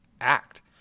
act